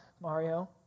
Mario